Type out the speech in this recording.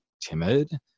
timid